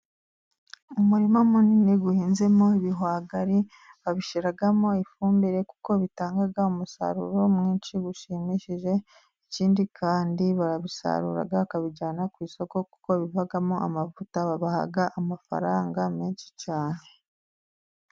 Umurima munini uhinzemo ibihwagari, babishyiramo ifumbire, kuko bitanga umusaruro mwinshi ushimishije, ikindi kandi barabisarura bakabijyana ku isoko, kuko bivamo amavuta, babaha amafaranga menshi cyane.